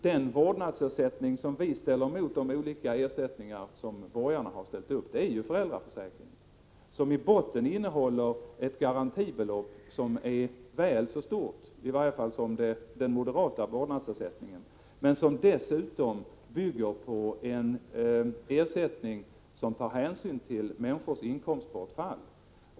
Den vårdnadsersättning som vi ställer mot de olika ersättningar som borgarna har föreslagit är ju föräldraförsäkringen, som i botten innehåller ett garantibelopp som är väl så stort som i varje fall den vårdnadsersättning som moderaterna föreslår. Ersättningen enligt föräldraförsäkringen bygger dessutom på att man tar hänsyn till människors inkomstbortfall.